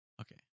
Okay